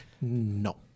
No